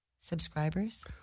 subscribers